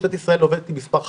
משטרת ישראל עובדת עם מספר חברות.